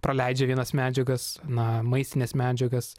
praleidžia vienas medžiagas na maistines medžiagas